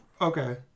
Okay